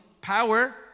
power